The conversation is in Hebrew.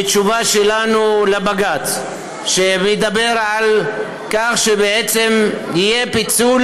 בתשובה שלנו לבג"ץ שמדבר על כך שיהיה פיצול